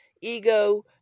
ego